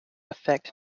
affect